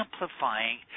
amplifying